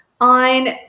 on